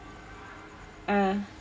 ah